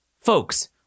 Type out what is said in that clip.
Folks